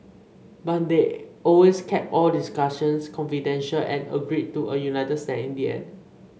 but they always kept all discussions confidential and agreed to a united stand in the end